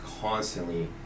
constantly